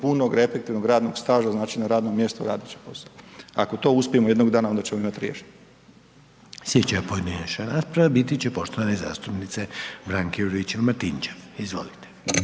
puno efektivnog radnog staža znači na radnom mjestu radeći posao, ako to uspijemo jednog dana onda ćemo imati riješeno. **Reiner, Željko (HDZ)** Sljedeća pojedinačna rasprava biti će poštovane zastupnice Branke Juričev-Martinčev, izvolite.